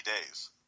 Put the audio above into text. days